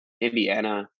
Indiana